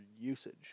usage